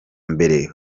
mbere